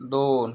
दोन